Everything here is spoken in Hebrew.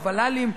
הוול"לים,